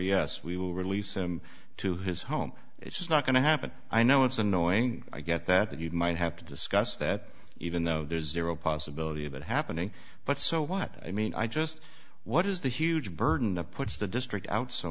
yes we will release him to his home it's not going to happen i know it's annoying i get that you might have to discuss that even though there's zero possibility of it happening but so what i mean i just what is the huge burden the puts the district out so